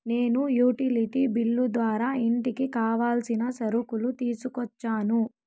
నేను utility bill ద్వారా ఇంటికి కావాల్సిన సరుకులు తీసుకోవచ్చా?